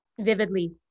vividly